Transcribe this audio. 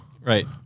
Right